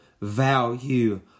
value